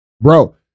Bro